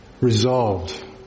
Resolved